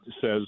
says